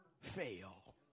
fail